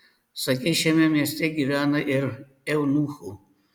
sakei šiame mieste gyvena ir eunuchų